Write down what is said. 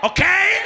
Okay